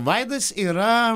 vaidas yra